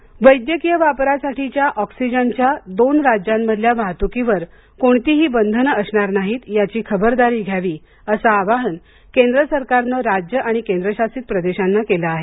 oxygen वैद्यकीय वापरासाठीच्या ऑक्सीजनच्या दोन राज्यांमधल्या वाहतूकीवर कोणतीही बंधनं असणार नाहीत याची खबरदारी घ्यावी असं आवाहन केंद्र सरकारनं राज्यं आणि केंद्रशासित प्रदेशांना केलं आहे